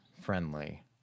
friendly